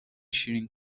شیرین